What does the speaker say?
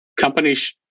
companies